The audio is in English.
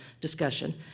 discussion